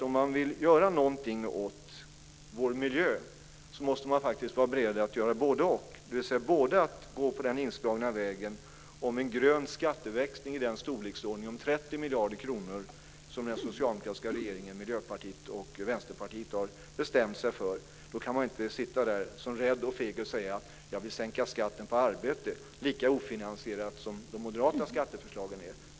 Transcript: Om man vill göra någonting åt vår miljö måste man faktiskt vara beredd att gå den inslagna vägen med en grön skatteväxling på i storleksordningen 30 miljarder kronor som den socialdemokratiska regeringen, Miljöpartiet och Vänsterpartiet har bestämt sig för. Då kan man inte vara rädd och feg och säga att man vill sänka skatten på arbete på ett lika ofinansierat sätt som i de moderata skatteförslagen.